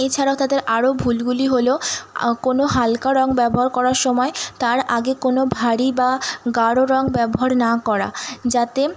এছাড়াও তাদের আরও ভুলগুলি হলো কোনও হালকা রঙ ব্যবহার করার সময় তার আগে কোনও ভারী বা গাঢ় রঙ ব্যবহার না করা যাতে